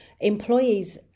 employees